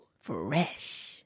Fresh